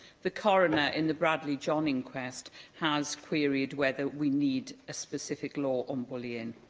the coroner in the bradley john inquest has queried whether we need a specific law on bullying.